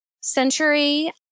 century